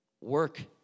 Work